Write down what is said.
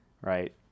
right